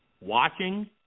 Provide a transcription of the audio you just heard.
watching